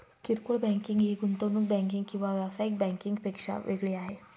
किरकोळ बँकिंग ही गुंतवणूक बँकिंग किंवा व्यावसायिक बँकिंग पेक्षा वेगळी आहे